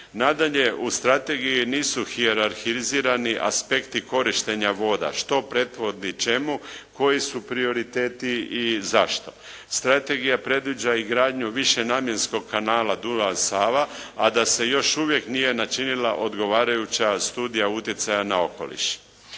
Nadalje, u strategiji nisu hijerarhizirani aspekti korištenja voda što predvodi čemu, koji su prioriteti i zašto. Strategija predviđa i gradnju višenamjenskog kanala Dunav-Sava, a da se još uvijek nije načinila odgovarajuća studija utjecaja na okoliš.